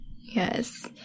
Yes